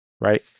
right